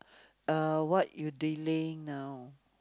uh what you delaying now